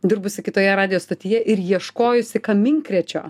dirbusi kitoje radijo stotyje ir ieškojusi kaminkrėčio